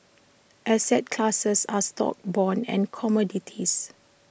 asset classes are stocks bonds and commodities